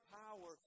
power